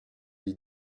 les